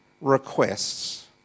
requests